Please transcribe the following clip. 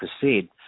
proceed